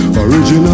original